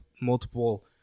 multiple